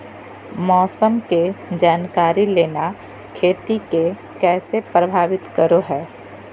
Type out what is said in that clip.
मौसम के जानकारी लेना खेती के कैसे प्रभावित करो है?